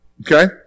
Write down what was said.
Okay